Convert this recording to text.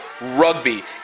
rugby